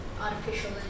artificial